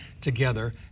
together